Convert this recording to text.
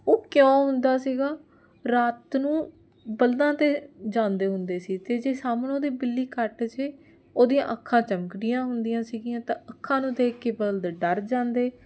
ਉਹ ਕਿਉਂ ਹੁੰਦਾ ਸੀਗਾ ਰਾਤ ਨੂੰ ਬੱਲਦਾਂ 'ਤੇ ਜਾਂਦੇ ਹੁੰਦੇ ਸੀ ਅਤੇ ਜੇ ਸਾਹਮਣੋ ਦੀ ਬਿੱਲੀ ਕੱਟ ਜੇ ਉਹਦੀਆਂ ਅੱਖਾਂ ਚਮਕਦੀਆਂ ਹੁੰਦੀਆਂ ਸੀਗੀਆਂ ਤਾਂ ਅੱਖਾਂ ਨੂੰ ਦੇਖ ਕੇ ਬਲਦ ਡਰ ਜਾਂਦੇ